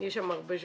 יש שם הרבה שחוזרים.